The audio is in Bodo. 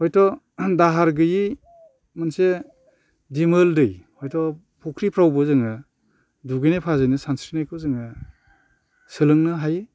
हयथ' दाहार गैयै मोनसे दिमोल दै हयथ' फख्रिफ्रावबो जोङो दुगैनाय फारसेनो सानस्रिनायखौ जोङो सोलोंनो हायो